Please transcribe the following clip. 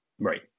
Right